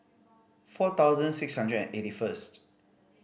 four thousand six hundred and eighty first